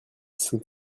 sept